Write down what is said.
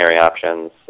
options